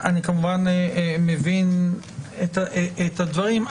כמובן שאני מבין את הדברים.